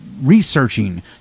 researching